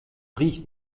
riecht